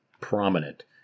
prominent